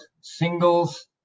singles